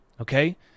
Okay